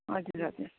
हजुर हजुर